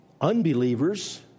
Unbelievers